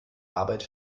arbeit